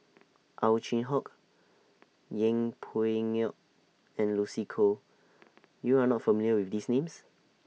Ow Chin Hock Yeng Pway Ngon and Lucy Koh YOU Are not familiar with These Names